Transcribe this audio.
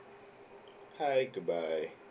hi goodbye